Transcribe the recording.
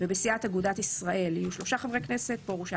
בסיעת אגודת ישראל יהיו 3 חברי כנסת: פרוש,